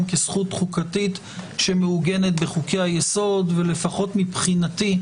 כזכות חוקתית שמעוגנת בחוקי היסוד ולפחות מבחינתי,